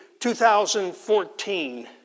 2014